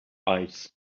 eyes